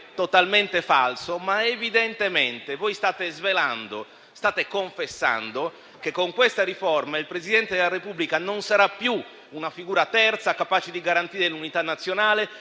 totalmente falso. Evidentemente state svelando, state confessando che con questa riforma il Presidente della Repubblica non sarà più una figura terza capace di garantire l'unità nazionale,